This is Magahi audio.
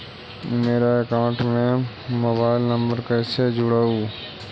मेरा अकाउंटस में मोबाईल नम्बर कैसे जुड़उ?